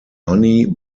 honey